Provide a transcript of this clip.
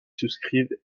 souscrivent